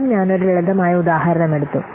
വീണ്ടും ഞാൻ ഒരു ലളിതമായ ഉദാഹരണം എടുത്തു